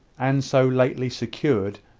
and so lately secured,